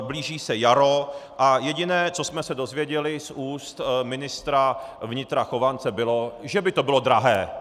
Blíží se jaro a jediné, co jsme se dozvěděli z úst ministra vnitra Chovance, bylo, že by to bylo drahé.